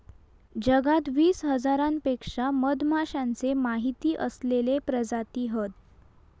जगात वीस हजारांपेक्षा मधमाश्यांचे माहिती असलेले प्रजाती हत